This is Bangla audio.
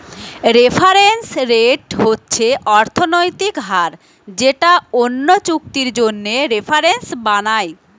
রেফারেন্স রেট হচ্ছে অর্থনৈতিক হার যেটা অন্য চুক্তির জন্যে রেফারেন্স বানায়